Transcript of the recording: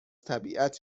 طبیعت